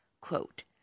Quote